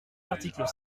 l’article